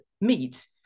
meet